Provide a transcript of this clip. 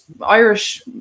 Irish